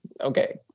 Okay